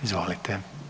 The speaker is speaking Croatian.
Izvolite.